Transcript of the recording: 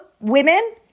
women